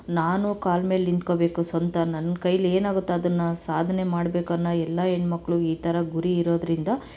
ನಾನೂ ಕಾಲ ಮೇಲೆ ನಿಂತ್ಕೋಬೇಕು ಸ್ವಂತ ನನ್ನ ಕೈಲಿ ಏನಾಗುತ್ತೋ ಅದನ್ನ ಸಾಧನೆ ಮಾಡ್ಬೇಕು ಅನ್ನೋ ಎಲ್ಲ ಹೆಣ್ಮಕ್ಳು ಈ ಥರ ಗುರಿ ಇರೋದರಿಂದ